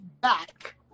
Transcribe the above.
back